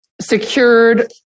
secured